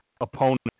opponent